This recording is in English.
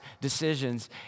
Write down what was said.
decisions